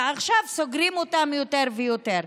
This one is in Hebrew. ועכשיו סוגרים אותם יותר ויותר.